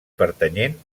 pertanyent